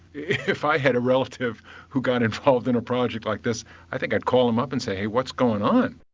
if i had a relative who got involved in a project like this i think i'd call them up and say hey, what's going on'.